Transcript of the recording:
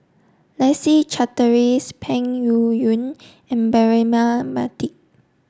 Leslie Charteris Peng Yuyun and Braema Mathi